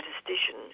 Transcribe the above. statistician